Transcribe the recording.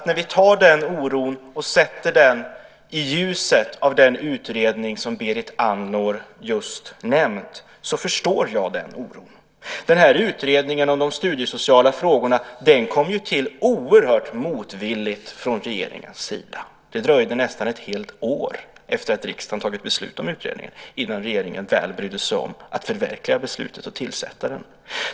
När vi tar den oron och sätter den i ljuset av den utredning som Berit Andnor just har nämnt förstår jag oron. Utredningen om de studiesociala frågorna kom ju till oerhört motvilligt från regeringens sida. Det dröjde nästan ett helt år efter det att riksdagen hade fattat beslut om utredningen innan regeringen väl brydde sig om att förverkliga beslutet och tillsätta den.